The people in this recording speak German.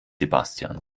sebastian